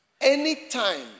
Anytime